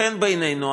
לכן בעינינו,